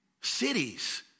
Cities